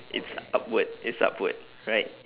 it's upward it's upward right